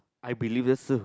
I believe that's so